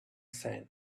sand